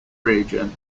region